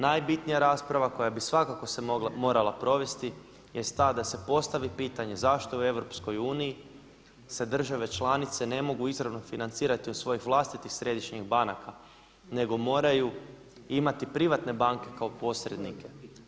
Najbitnija rasprava koja bi svakako morala se provesti jest ta da se postavi pitanje zašto u Europskoj uniji se države članice ne mogu izravno financirati od svojih vlastitih središnjih banaka nego moraju imati privatne banke kao posrednike.